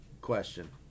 question